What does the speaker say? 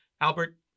Albert